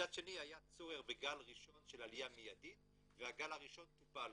מצד שני היה צורך בגל ראשון של עליה מידית והגל הראשון טופל.